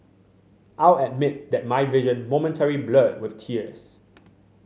I'll admit that my vision momentarily blurred with tears